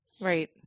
Right